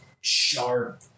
sharp